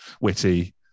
witty